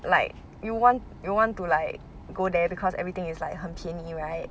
like you want you want to like go there because everything is like 很便宜 right